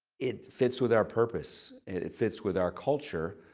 it fits with our purpose. it it fits with our culture.